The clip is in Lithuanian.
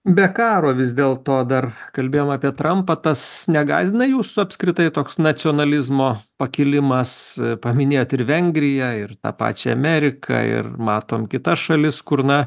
be karo vis dėlto dar kalbėjom apie trampą tas negąsdina jūsų apskritai toks nacionalizmo pakilimas paminėjot ir vengriją ir tą pačią ameriką ir matom kitas šalis kur na